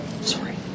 Sorry